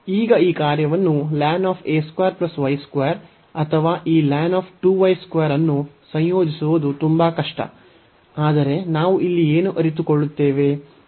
ಈಗ ಈ ಕಾರ್ಯವನ್ನು ಅಥವಾ ಈ ಅನ್ನು ಸಂಯೋಜಿಸುವುದು ತುಂಬಾ ಕಷ್ಟ ಆದರೆ ನಾವು ಇಲ್ಲಿ ಏನು ಅರಿತುಕೊಳ್ಳುತ್ತೇವೆ